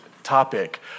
topic